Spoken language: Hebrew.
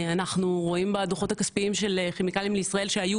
אנחנו רואים בדו"חות הכספיים של כימיקלים לישראל שהיו